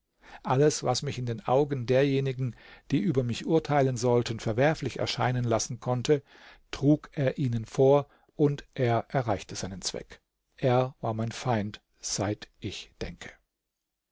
alles was mich in den augen derjenigen die über mich urteilen sollten verwerflich erscheinen lassen konnte trug er ihnen vor und er erreichte seinen zweck er war mein feind seit ich denke